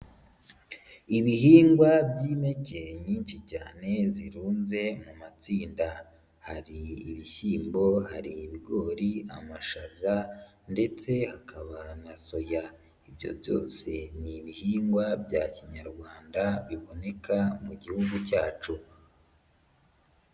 Ibihingwa by'impeke nyinshi cyane zirunze mu matsinda, hari ibishyimbo, hari ibigori, amashaza ndetse hakaba na soya, ibyo byose n'ibihingwa bya kinyarwanda biboneka mu gihugu cyacu.